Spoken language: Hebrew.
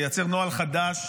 לייצר נוהל חדש,